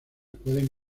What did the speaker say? pueden